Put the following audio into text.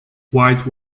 white